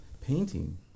painting